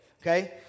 Okay